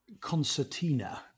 concertina